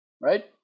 right